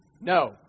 No